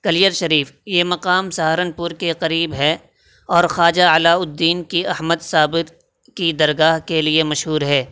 clear Sharif یہ مقام سہارنپور کے قریب ہے اور خواجہ علاء الدین کی احمد صابت کی درگاہ کے لیے مشہور ہے